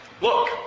Look